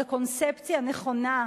זו קונספציה נכונה.